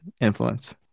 influence